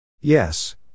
Yes